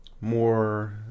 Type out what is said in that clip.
more